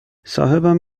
صاحبم